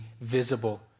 visible